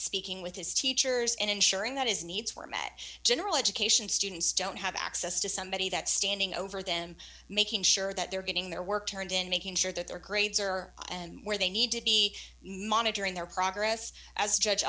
speaking with his teachers and ensuring that his needs were met general education students don't have access to somebody that standing over them making sure that they're getting their work turned in making sure that their grades are where they need to be monitoring their progress as judge